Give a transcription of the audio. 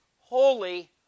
holy